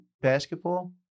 basketball